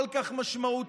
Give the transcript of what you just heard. כל כך משמעותי,